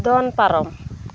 ᱫᱚᱱ ᱯᱟᱨᱚᱢ